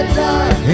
dark